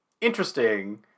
interesting